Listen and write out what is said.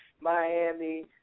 Miami